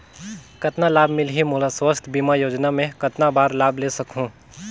कतना लाभ मिलही मोला? स्वास्थ बीमा योजना मे कतना बार लाभ ले सकहूँ?